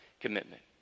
commitment